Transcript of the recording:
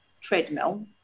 treadmill